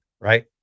right